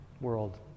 world